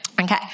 Okay